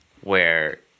where-